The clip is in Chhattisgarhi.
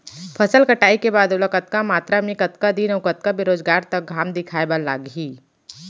फसल कटाई के बाद ओला कतका मात्रा मे, कतका दिन अऊ कतका बेरोजगार तक घाम दिखाए बर लागही?